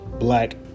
black